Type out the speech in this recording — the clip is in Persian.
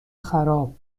خراب